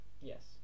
Yes